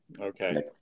Okay